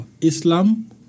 Islam